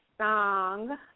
song